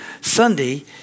Sunday